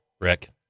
Rick